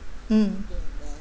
mm